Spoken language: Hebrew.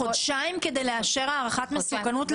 חודשיים, כדי לאשר הערכת מסוכנות?